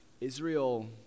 Israel